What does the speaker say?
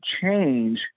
change